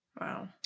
Wow